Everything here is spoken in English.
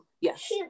yes